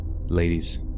Ladies